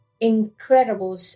incredible